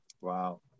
Wow